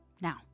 Now